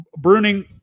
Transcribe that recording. Bruning